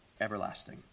everlasting